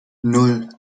nan